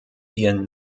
ihren